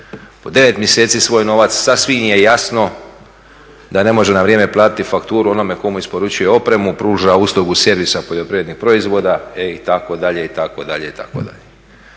po 9 mjeseci svoj novac sasvim je jasno da ne može na vrijeme platiti fakturu onome tko mu isporučuje opremu, pruža uslugu servisa poljoprivrednih proizvoda itd., itd. Drugi generator